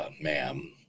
ma'am